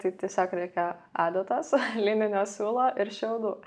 tai tiesiog reikia adatos lininio siūlo ir šiaudų